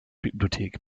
bibliothek